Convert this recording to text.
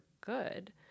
good